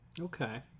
okay